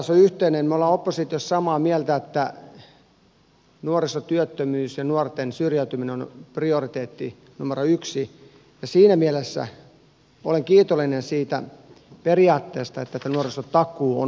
me olemme oppositiossa samaa mieltä että nuorisotyöttömyys ja nuorten syrjäytyminen ovat prioriteetti numero yksi ja siinä mielessä olen kiitollinen siitä periaatteesta että tämä nuorisotakuu on otettu hallituksessa kärkihankkeeksi